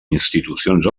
institucions